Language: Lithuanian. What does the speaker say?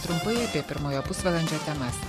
trumpai apie pirmojo pusvalandžio temas